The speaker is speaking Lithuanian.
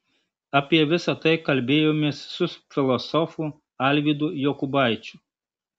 apie visa tai kalbėjomės su filosofu alvydu jokubaičiu